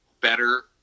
better